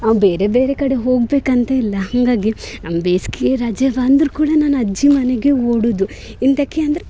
ನಾವು ಬೇರೆ ಬೇರೆ ಕಡೆ ಹೋಗಬೇಕಂತ ಇಲ್ಲ ಹಾಗಾಗಿ ನಮ್ಗೆ ಬೇಸಿಗೆ ರಜೆ ಬಂದ್ರೂ ಕೂಡ ನಾನು ಅಜ್ಜಿ ಮನೆಗೆ ಓಡುವುದು ಎಂಥಕ್ಕೆ ಅಂದ್ರೆ